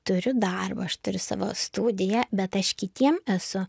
turiu darbą aš turiu savo studiją bet aš kitiem esu